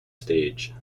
stage